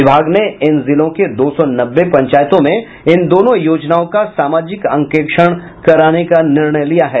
विभाग ने इन जिलों के दो सौ नब्बे पंचायतों में इन दोनों योजनाओं का सामाजिक अंकेक्षण कराने का निर्णय लिया है